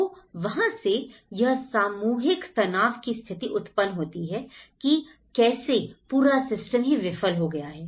तो वहां से यह सामूहिक तनाव की स्थिति उत्पन्न होती है कि कैसे पूरा सिस्टम ही विफल हो गया है